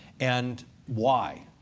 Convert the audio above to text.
and why?